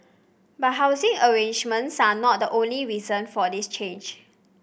but housing arrangements are not the only reason for this change